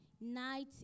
Night